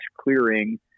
clearing